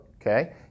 okay